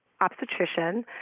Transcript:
obstetrician